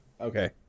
Okay